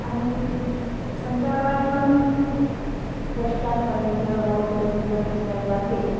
आणि संध्याकाळी पण बश स्टँडपर्यंत रोडपर्यंत फिरायला जाते